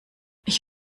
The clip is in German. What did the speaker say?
ich